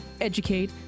educate